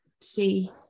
see